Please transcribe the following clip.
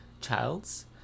Childs